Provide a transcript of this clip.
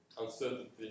uncertainty